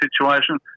situation